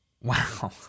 Wow